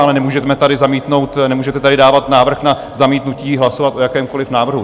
Ale nemůžeme tady zamítnout... nemůžete tady dávat návrh na zamítnutí hlasovat o jakémkoliv návrhu.